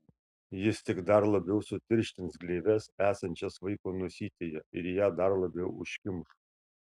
jis tik dar labiau sutirštins gleives esančias vaiko nosytėje ir ją dar labiau užkimš